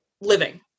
living